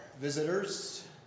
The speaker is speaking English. visitors